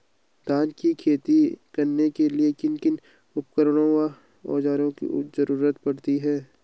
धान की खेती करने के लिए किन किन उपकरणों व औज़ारों की जरूरत पड़ती है?